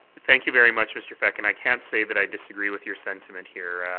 thank you very much, mr. feck, and i can't say that i disagree with your sentiment here.